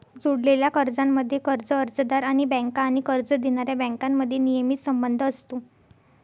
जोडलेल्या कर्जांमध्ये, कर्ज अर्जदार आणि बँका आणि कर्ज देणाऱ्या बँकांमध्ये नियमित संबंध असतो